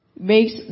makes